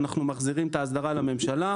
אנחנו מחזירים את ההסדרה לממשלה.